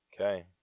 Okay